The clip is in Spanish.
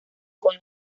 con